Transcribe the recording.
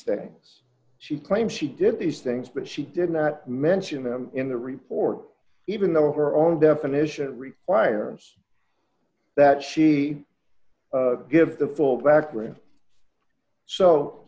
things she claims she did these things but she did not mention them in the report even though her own definition requires that she give the full background so